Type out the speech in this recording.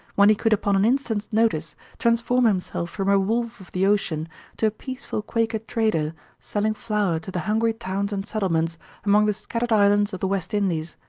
when he could upon an instant's notice transform himself from a wolf of the ocean to a peaceful quaker trader selling flour to the hungry towns and settlements among the scattered islands of the west indies,